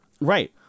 Right